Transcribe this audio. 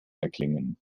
erklingen